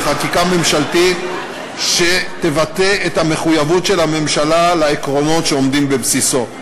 בחקיקה ממשלתית שתבטא את המחויבות של הממשלה לעקרונות שעומדים בבסיסה.